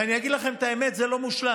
ואני אגיד לכם את האמת, זה לא מושלם